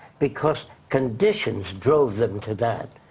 because conditions drove them to that.